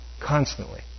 Constantly